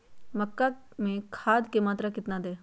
मक्का में खाद की मात्रा कितना दे?